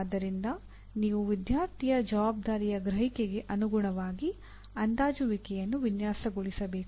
ಆದ್ದರಿಂದ ನೀವು ವಿದ್ಯಾರ್ಥಿಯ ಜವಾಬ್ದಾರಿಯ ಗ್ರಹಿಕೆಗೆ ಅನುಗುಣವಾಗಿ ಅಂದಾಜುವಿಕೆಯನ್ನು ವಿನ್ಯಾಸಗೊಳಿಸಬೇಕು